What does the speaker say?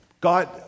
God